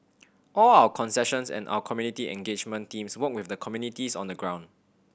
all our concessions and our community engagement teams work with the communities on the ground